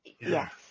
Yes